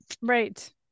Right